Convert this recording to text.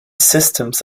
systems